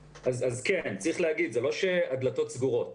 כן, צריך להגיד, זה לא שהדלתות סגורות.